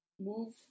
move